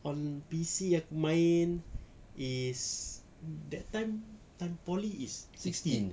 on P_C aku main is that time time poly is sixteen